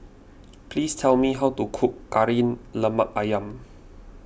please tell me how to cook Kari Lemak Ayam